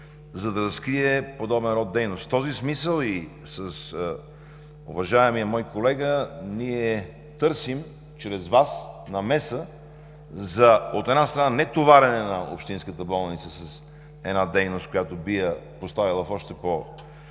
за да разкрие подобен род дейност. В този смисъл и с уважаемия мой колега ние търсим чрез Вас намеса за, от една страна, нетоварене на общинската болница с дейност, която би я поставила в още по-трудно